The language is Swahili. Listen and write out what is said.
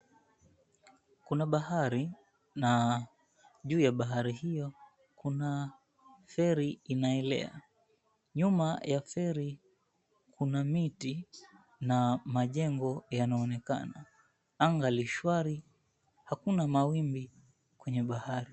Kuna bahari, na juu ya bahari hiyo kuna feri inaelea. Nyuma ya feri kuna miti na majengo yanaonekana. Anga li shwari hakuna mawimbi kwenye bahari.